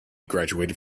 graduated